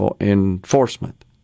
enforcement